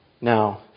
Now